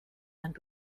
and